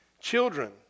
children